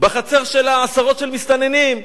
בחצר שלה עשרות מסתננים.